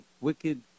wicked